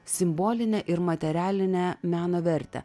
simbolinę ir materialinę meno vertę